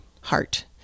heart